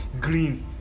green